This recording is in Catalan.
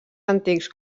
antics